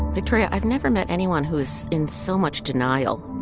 victoria, i've never met anyone who is in so much denial.